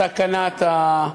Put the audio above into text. סכנת,